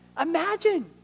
imagine